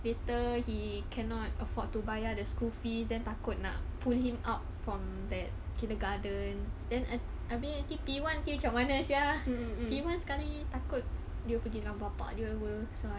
later he cannot afford to bayar the school fees then takut nak pull him out from that kindergarten then err I mean P one macam mana sia P one sekali takut dia pergi dengan bapa dia so